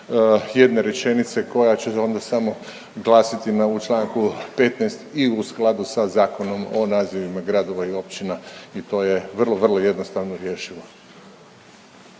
jedne rečenice koja će onda samo glasiti na, u čl. 15 i u skladu sa Zakonom o nazivima gradova i općina i to je vrlo, vrlo jednostavno rješivo.